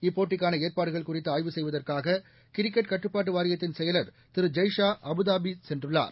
இப்போட்டிக்கான ஏற்பாடுகள் குறிதது ஆய்வு செய்வதற்காக கிரிக்கெட் கட்டுப்பாட்டு வாரியத்தின் செயலர் திரு ஜெய்ஷா அபுதாபி சென்றுள்ளார்